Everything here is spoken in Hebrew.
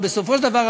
בסופו של דבר,